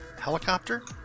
helicopter